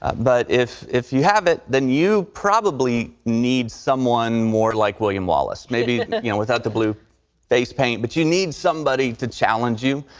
but if if you have it then you probably need someone more like william wallace. maybe you know without the blue face paint. but you need somebody to challenge you.